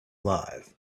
live